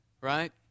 right